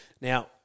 Now